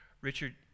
Richard